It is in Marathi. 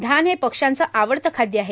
धान हे पक्ष्यांचे आवडते खादय आहे